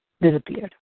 disappeared